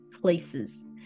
places